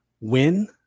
win